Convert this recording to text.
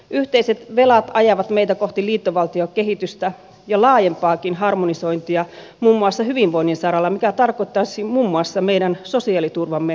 yhteiset velat ajavat meitä kohti liittovaltiokehitystä ja laajempaakin harmonisointia muun muassa hyvinvoinnin saralla mikä tarkoittaisi muun muassa meidän sosiaaliturvamme heikentämistä